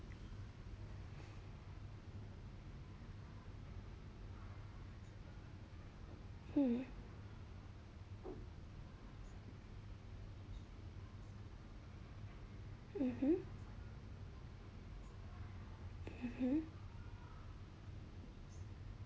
mm mmhmm mmhmm